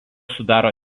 sudaro